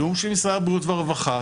תיאום של משרד הבריאות והרווחה,